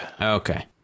Okay